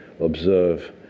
observe